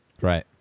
Right